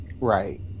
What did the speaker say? right